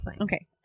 Okay